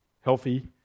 healthy